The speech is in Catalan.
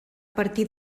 partir